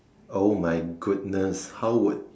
oh my goodness how would